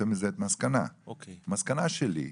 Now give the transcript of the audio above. המסקנה שלי,